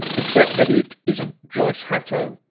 except that it isn't joyce hatto,